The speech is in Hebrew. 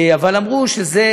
אבל אמרו שזו